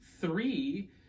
Three